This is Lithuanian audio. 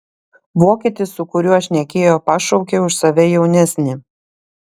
vokietis su kuriuo šnekėjo pašaukė už save jaunesnį